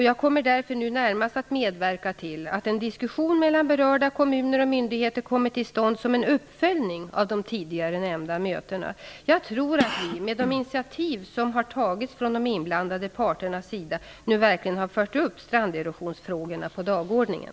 Jag kommer därför nu närmast att medverka till att en diskussion mellan berörda kommuner och myndigheter kommer till stånd som en uppföljning av de tidigare nämnda mötena. Jag tror att vi, med de initiativ som har tagits från de inblandade parternas sida, nu verkligen har fört upp stranderosionsfrågorna på dagordningen.